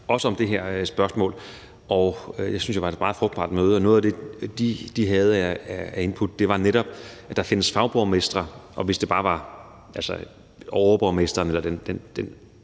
også om det her spørgsmål. Det synes jeg var et meget frugtbart møde, og noget af det, de havde af input, var netop, at der findes fagborgmestre, og at hvis det bare var overborgmesteren, eller hvad